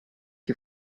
you